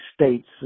states